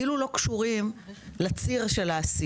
כאילו הם לא קשורים לציר של העשייה.